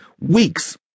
weeks